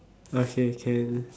okay K